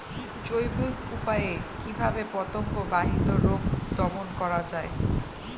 জৈবিক উপায়ে কিভাবে পতঙ্গ বাহিত রোগ দমন করা যায়?